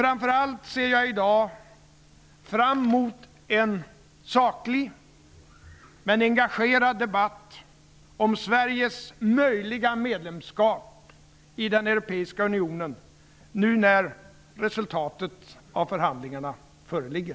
Framför allt ser jag i dag fram emot en saklig, men engagerad debatt, om Sveriges möjliga medlemskap i den europeiska unionen, nu när resultatet av förhandlingarna föreligger.